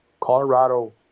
Colorado